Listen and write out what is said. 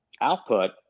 output